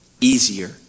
easier